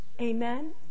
Amen